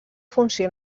funció